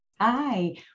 Hi